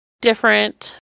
different